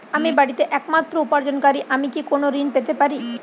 আমি বাড়িতে একমাত্র উপার্জনকারী আমি কি কোনো ঋণ পেতে পারি?